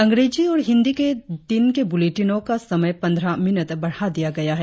अंग्रेजी और हिंदी के दिन के बुलेटिनों का समय पंद्रह मिनट बढ़ा दिया गया है